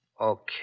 Okay